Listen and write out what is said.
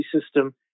system